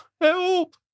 help